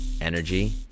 energy